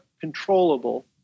controllable